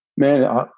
Man